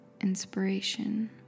inspiration